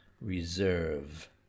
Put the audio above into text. reserve